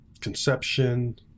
Conception